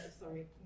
Sorry